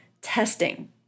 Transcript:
testing